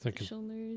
shoulders